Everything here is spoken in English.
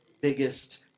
biggest